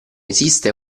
esiste